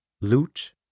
Loot